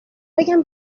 بگم